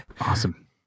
awesome